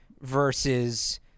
versus